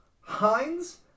Heinz